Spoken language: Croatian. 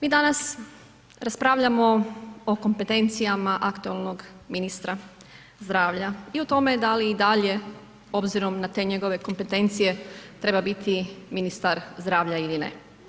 Mi danas raspravljamo o kompetencijama aktualnog ministra zdravlja i o tome da li i dalje obzirom na te njegove kompetencije treba biti ministar zdravlja ili ne.